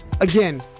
Again